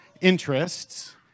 interests—